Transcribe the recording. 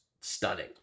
stunning